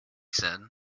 said